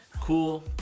cool